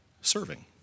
serving